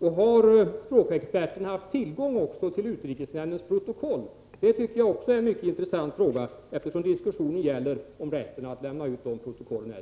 Har språkexperten också haft tillgång till utrikesnämndens protokoll? Det är också en mycket intressant fråga, eftersom diskussionen gäller rätten att lämna ut dessa protokoll.